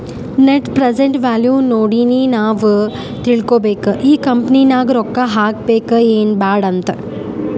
net present value ನೋಡಿನೆ ನಾವ್ ತಿಳ್ಕೋಬೇಕು ಈ ಕಂಪನಿ ನಾಗ್ ರೊಕ್ಕಾ ಹಾಕಬೇಕ ಎನ್ ಬ್ಯಾಡ್ ಅಂತ್